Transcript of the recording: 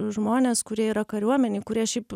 žmonės kurie yra kariuomenėj kurie šiaip